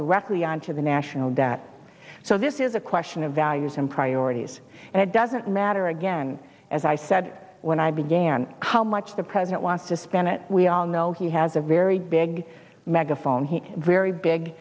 directly on to the national debt so this is a question of values and priorities and it doesn't matter again as i said when i began how much the president wants to spend it we all know he has a very big megaphone here very big